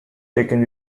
taking